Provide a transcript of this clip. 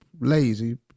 lazy